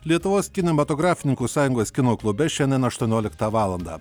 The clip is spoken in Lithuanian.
lietuvos kinematografininkų sąjungos kino klube šiandien aštuonioliktą valandą